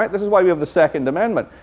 this is why we have the second amendment.